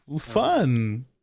Fun